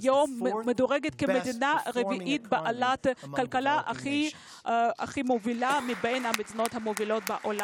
ומדורגת היום במקום הרביעי בהתפתחות כלכלית במדינות המפותחות.